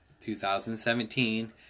2017